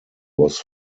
was